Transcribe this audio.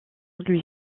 lui